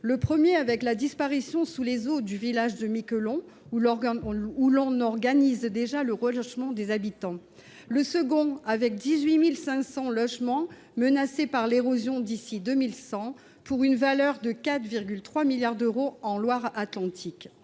le premier avec la disparation sous les eaux du village de Miquelon où l’on organise déjà le relogement des habitants, le second avec 18 500 logements menacés par l’érosion d’ici à 2100, pour une valeur de 4,3 milliards d’euros en Loire Atlantique.